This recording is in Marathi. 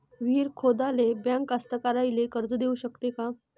विहीर खोदाले बँक कास्तकाराइले कर्ज देऊ शकते का?